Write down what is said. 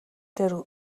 дээр